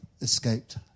escaped